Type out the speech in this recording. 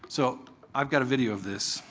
so i've got a video of this.